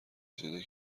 رسیده